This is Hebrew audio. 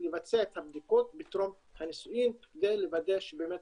לבצע את הבדיקות טרום הנישואים כדי לוודא שבאמת